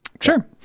Sure